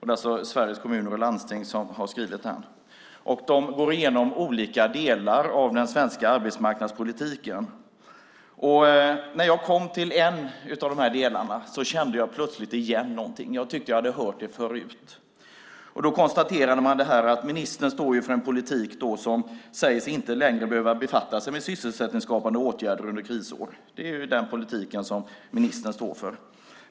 Där går man igenom olika delar av den svenska arbetsmarknadspolitiken. När jag kom till en av dessa delar kände jag plötsligt igen något som jag tyckte att jag hade hört förut. Man konstaterade att ministern står för en politik som säger sig inte längre behöva befatta sig med sysselsättningsskapande åtgärder under krisår. Det är den politik som ministern står för.